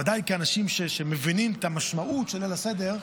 ודאי כאנשים שמבינים את המשמעות של ליל הסדר,